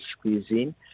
cuisine